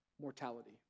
mortality